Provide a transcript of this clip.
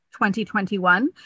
2021